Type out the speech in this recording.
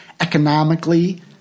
economically